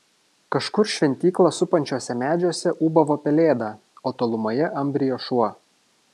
kažkur šventyklą supančiuose medžiuose ūbavo pelėda o tolumoje ambrijo šuo